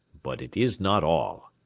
but it is not all.